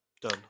Done